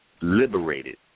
liberated